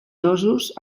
dosos